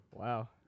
Wow